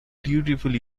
beautifully